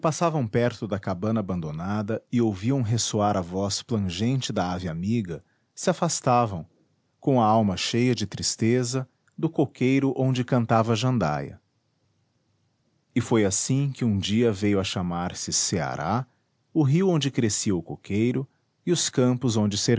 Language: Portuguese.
passavam perto da cabana abandonada e ouviam ressoar a voz plangente da ave amiga se afastavam com a alma cheia de tristeza do coqueiro onde cantava a jandaia e foi assim que um dia veio a chamar-se ceará o rio onde crescia o coqueiro e os campos onde